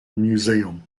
museum